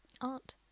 aunt